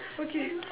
okay